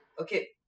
Okay